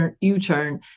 U-turn